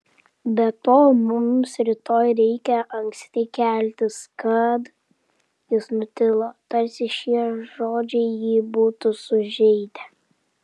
be to mums rytoj reikia anksti keltis kad jis nutilo tarsi šie žodžiai jį būtų sužeidę